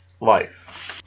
life